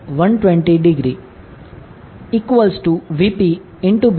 866 0